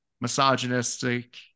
misogynistic